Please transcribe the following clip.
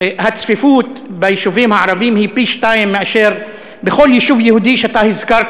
הצפיפות ביישובים הערביים היא פי-שניים מאשר בכל יישוב יהודי שאתה הזכרת